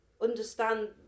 understand